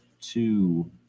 two